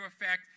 effect